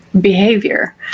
behavior